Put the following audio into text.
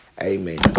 Amen